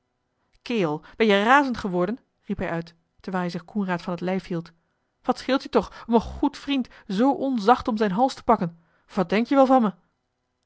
kerel ben je razend geworden riep hij uit terwijl hij zich coenraad van het lijf hield wat scheelt je toch om een goed vriend zoo onzacht om zijn hals te pakken wat denk-je wel van me